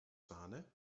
sahne